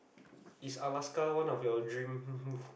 is Alaska one of your dream